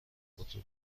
خودرو